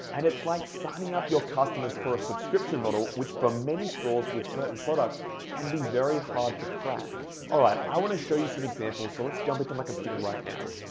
and it's like signing up your customers for a subscription model, which for many stores with certain products can be very hard to crack. all right, i wanna show you some examples, so let's jump into my computer right now.